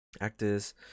Actors